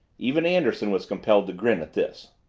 even anderson was compelled to grin at this.